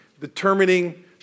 determining